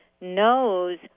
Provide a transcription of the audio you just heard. knows